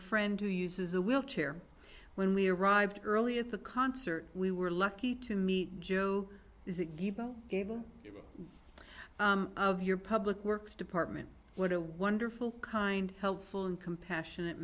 friend who uses a wheelchair when we arrived early at the concert we were lucky to meet joe is a bit of your public works department what a wonderful kind helpful and compassionate